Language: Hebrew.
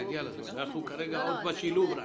כרגע אנחנו עוד בשילוב.